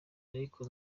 ariko